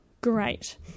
great